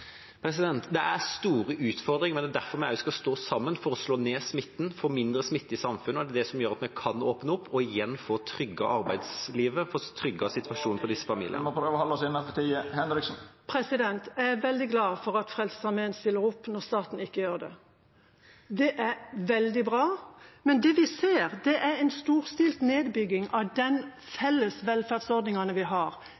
Det er store utfordringer, og det er derfor vi skal stå sammen for å slå ned smitten, få mindre smitte i samfunnet. Det er det som gjør at vi kan åpne opp og igjen få trygget arbeidslivet og få trygget situasjonen for disse familiene. Jeg er veldig glad for at Frelsesarmeen stiller opp når staten ikke gjør det. Det er veldig bra, men det vi ser, er en storstilt nedbygging av